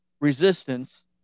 resistance